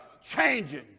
changing